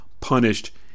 punished